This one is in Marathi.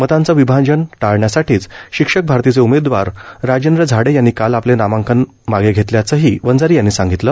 मतांच विभाजन टाळण्यासाठीच शिक्षक भारतीचे उमेदवार राजेंद्र झाडे यांनी काल आपले नामांकन मागे घेतल्याचही वंजारी यांनी सांगितलं